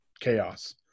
chaos